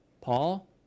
Paul